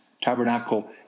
Tabernacle